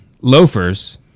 loafers